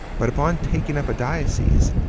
but upon taking up a diocese,